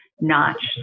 notch